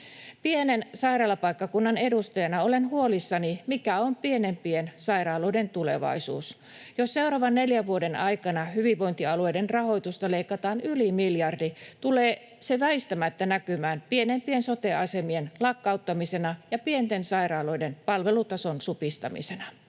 Pienen sairaalapaikkakunnan edustajana olen huolissani, mikä on pienempien sairaaloiden tulevaisuus. Jos seuraavan neljän vuoden aikana hyvinvointialueiden rahoitusta leikataan yli miljardi, tulee se väistämättä näkymään pienempien sote-asemien lakkauttamisena ja pienten sairaaloiden palvelutason supistamisena.